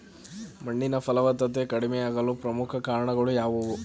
ಮಣ್ಣಿನ ಫಲವತ್ತತೆ ಕಡಿಮೆಯಾಗಲು ಪ್ರಮುಖ ಕಾರಣಗಳು ಯಾವುವು?